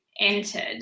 entered